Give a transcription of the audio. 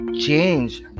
change